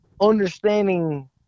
understanding